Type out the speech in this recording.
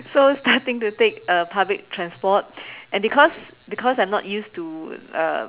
so starting to take uh public transport and because because I'm not used to uh